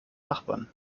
nachbarn